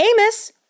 Amos